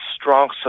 strong